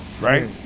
Right